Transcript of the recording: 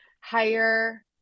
higher